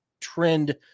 trend